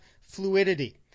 fluidity